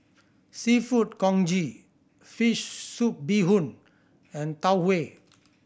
Seafood Congee fish soup bee hoon and Tau Huay